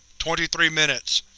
twenty-three minutes.